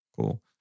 Cool